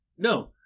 No